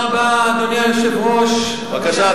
אדוני היושב-ראש, תודה רבה, בבקשה,